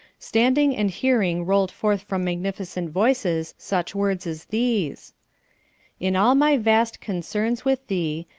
standing and hearing rolled forth from magnificent voices such words as these in all my vast concerns with thee,